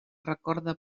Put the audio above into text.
recorda